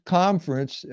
conference